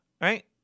right